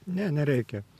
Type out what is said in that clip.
ne nereikia